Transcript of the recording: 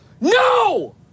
No